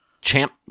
Champ